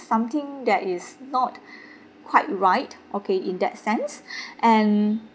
something that is not quite right okay in that sense and